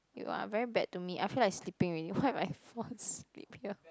you are very bad to me I feel like sleeping already what if I fall asleep here